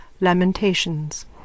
Lamentations